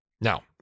Now